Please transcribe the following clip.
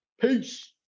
Peace